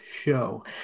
show